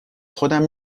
خودم